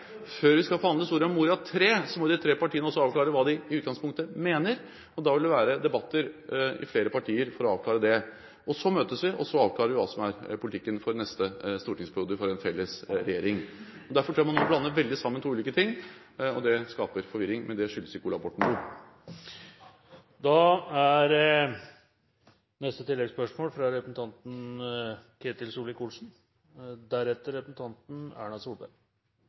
partiene avklare hva de i utgangspunktet mener, og da vil det være debatter i flere partier for å avklare det. Deretter møtes vi, og så avklarer vi hva som er politikken for neste stortingsperiode, for en felles regjering. Derfor tror jeg man har blandet veldig sammen to ulike ting, og det skaper forvirring, men det